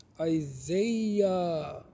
Isaiah